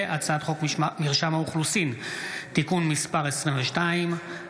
הצעת חוק מרשם האוכלוסין (תיקון מס' 22)